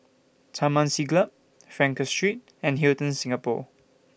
Taman Siglap Frankel Street and Hilton Singapore